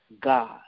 God